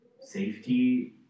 safety